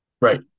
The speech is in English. Right